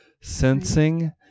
Sensing